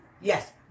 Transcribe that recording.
yes